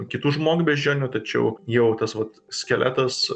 kitų žmogbeždžionių tačiau jau tas vat skeletas